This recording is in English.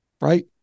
right